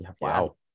Wow